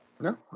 No